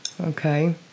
Okay